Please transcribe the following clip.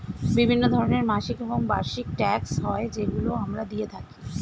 বিভিন্ন ধরনের মাসিক এবং বার্ষিক ট্যাক্স হয় যেগুলো আমরা দিয়ে থাকি